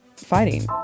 fighting